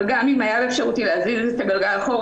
אבל גם אם היה באפשרותי להחזיר את הגלגל אחורה,